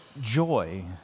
joy